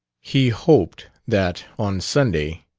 he hoped that, on sunday,